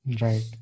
Right